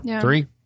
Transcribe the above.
Three